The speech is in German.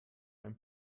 ein